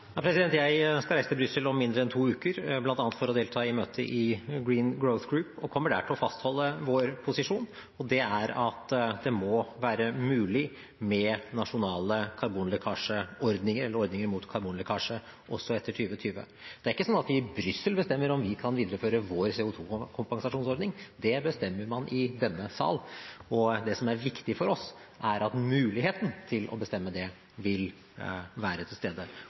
Jeg skal reise til Brussel om mindre enn to uker, bl.a. for å delta i møte i Green Growth Group, og kommer der til å fastholde vår posisjon – og det er at det må være mulig med nasjonale ordninger mot karbonlekkasje også etter 2020. Det er ikke sånn at de i Brussel bestemmer om vi kan videreføre vår CO 2 -kompensasjonsordning. Det bestemmer man i denne sal. Det som er viktig for oss, er at muligheten til å bestemme det vil være til stede.